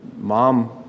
Mom